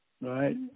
right